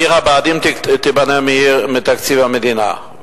עיר הבה"דים תיבנה מתקציב המדינה,